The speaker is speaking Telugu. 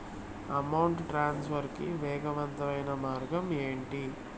అమౌంట్ ట్రాన్స్ఫర్ కి వేగవంతమైన మార్గం ఏంటి